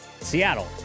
Seattle